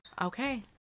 Okay